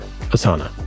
Asana